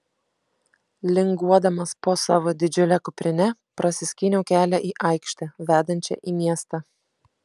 linguodamas po savo didžiule kuprine prasiskyniau kelią į aikštę vedančią į miestą